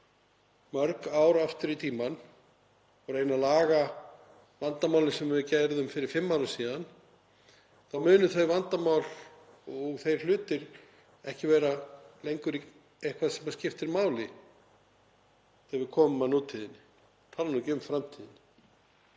mörg ár aftur í tímann að reyna að laga vandamálin sem við sköpuðum fyrir fimm árum síðan þá munu þau vandamál og þeir hlutir ekki lengur vera eitthvað sem skiptir máli þegar við komum að nútíðinni, ég tala nú ekki um framtíðinni.